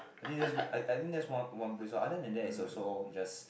I think that's I I think that's one one place orh other than that is also just